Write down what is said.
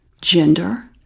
gender